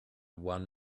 one